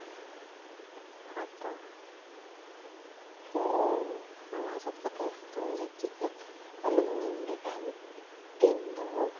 ᱟᱫᱚ ᱦᱮᱸ ᱚᱱᱟ ᱥᱟᱹᱛ ᱠᱟᱛᱮ ᱩᱛᱩᱧ ᱜᱮᱫ ᱠᱮᱫ ᱜᱮ ᱟᱹᱞᱩᱧ ᱱᱤᱢ ᱞᱮᱫᱟ ᱢᱤᱫ ᱫᱤᱱ ᱫᱚ